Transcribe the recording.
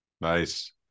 Nice